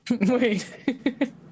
Wait